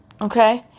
Okay